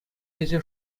тесе